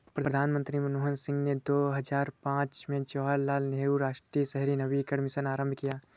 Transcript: प्रधानमंत्री मनमोहन सिंह ने दो हजार पांच में जवाहरलाल नेहरू राष्ट्रीय शहरी नवीकरण मिशन आरंभ किया